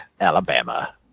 Alabama